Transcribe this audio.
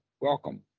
welcome